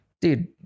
dude